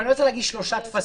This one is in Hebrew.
ואני צריך להגיש 3 טפסים.